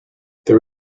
there